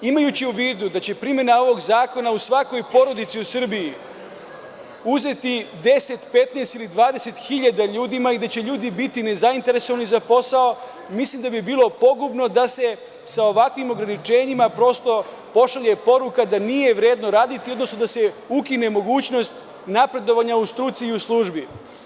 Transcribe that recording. Imajući u vidu da će primena ovog zakona u svakoj porodici u Srbiji uzeti 10, 15 ili 20 hiljada ljudima i da će ljudi biti nezainteresovani za posao, mislim da bi bilo pogubno da se sa ovakvim ograničenjima prosto pošalje poruka da nije vredno raditi, odnosno da se ukine mogućnost napredovanja u struci i u službi.